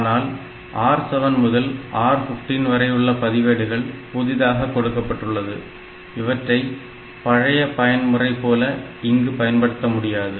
ஆனால் R7 முதல் R 15 வரை உள்ள பதிவேடுகள் புதிதாக கொடுக்கப்பட்டுள்ளது இவற்றை பழைய பயன்முறை போல இங்கு பயன்படுத்த முடியாது